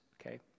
okay